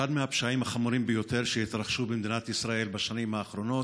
אחד מהפשעים החמורים ביותר שהתרחשו במדינת ישראל בשנים האחרונות,